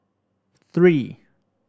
three